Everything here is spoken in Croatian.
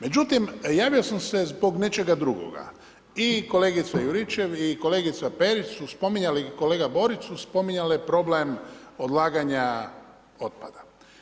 Međutim javio sam se zbog nečega drugoga i kolegica Juričev i kolegica Perić su spominjali i kolega Borić su spominjale problem odlaganja otpada.